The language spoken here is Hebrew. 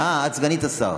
אה, את סגנית השר.